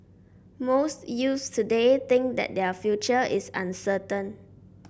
most youths today think that their future is uncertain